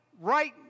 right